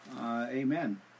amen